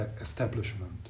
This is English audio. establishment